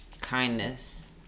kindness